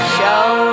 Show